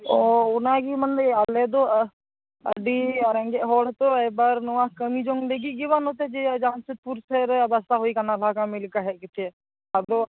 ᱚᱻ ᱚᱱᱟᱜᱮ ᱢᱟᱱᱮ ᱟᱞᱮ ᱫᱚ ᱟᱹᱰᱤ ᱟᱨᱮᱸᱜᱮᱡ ᱦᱚᱲ ᱛᱚ ᱮᱵᱟᱨ ᱱᱚᱣᱟ ᱠᱟᱹᱢᱤ ᱡᱚᱝ ᱞᱟᱹᱜᱤᱫ ᱜᱮ ᱡᱟᱢᱥᱮᱫᱽ ᱯᱩᱨ ᱥᱮᱫ ᱨᱮ ᱵᱟᱥᱟ ᱦᱩᱭ ᱟᱠᱟᱱᱟ ᱱᱚᱣᱟ ᱠᱟᱹᱢᱤ ᱞᱮᱠᱟ ᱦᱮᱡ ᱠᱟᱛᱮ ᱟᱫᱚ